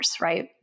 right